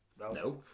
no